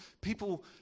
people